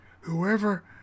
whoever